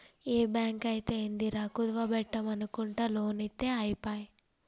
ఏ బాంకైతేందిరా, కుదువ బెట్టుమనకుంట లోన్లిత్తె ఐపాయె